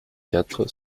quatre